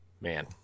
man